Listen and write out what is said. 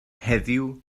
heddiw